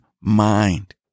mind